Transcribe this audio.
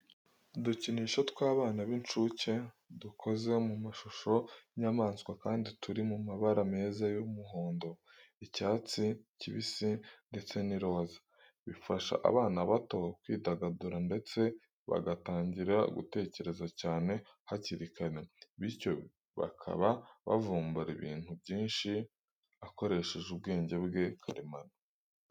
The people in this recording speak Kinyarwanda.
Udukinisho tw'abana b'incuke dukoze mu mashusho y'inyamaswa kandi turi mu mabara meza y'umuhondo, icyatsi kibisi ndetse n'iroza. Bifasha abana bato kwidagadura ndetse bagatangira gutekereza cyane hakiri kare, bityo bakaba bavumbura ibintu byinshi akoresheje ubwenge bwe karemano.